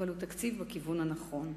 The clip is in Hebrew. אבל הוא בכיוון הנכון.